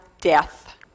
death